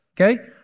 okay